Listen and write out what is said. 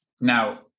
Now